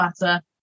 matter